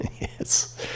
Yes